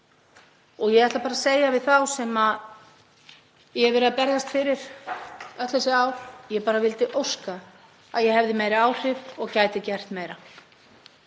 Ég ætla bara að segja við þá sem ég hef verið að berjast fyrir öll þessi ár: Ég vildi óska að ég hefði meiri áhrif og gæti gert meira.